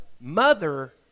mother